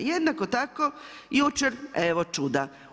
Jednako tako, jučer evo čuda.